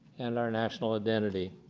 and our national identity.